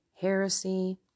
heresy